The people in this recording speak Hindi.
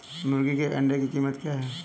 मुर्गी के एक अंडे की कीमत क्या है?